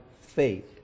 faith